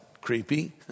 creepy